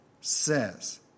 says